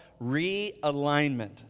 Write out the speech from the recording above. Realignment